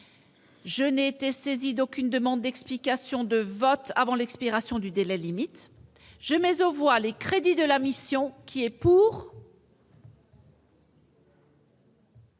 Je n'ai été saisie d'aucune demande d'explication de vote avant l'expiration du délai limite. Je mets aux voix ces crédits, modifiés. Mes chers